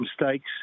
mistakes